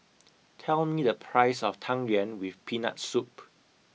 tell me the price of Tang Yuen with Peanut Soup